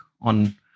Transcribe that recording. on